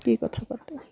কি কথা পাতে